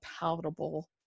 palatable